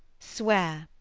swear,